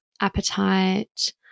appetite